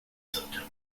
september